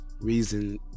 reason